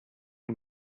and